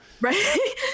Right